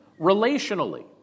relationally